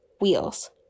wheels